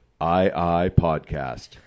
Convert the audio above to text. IIpodcast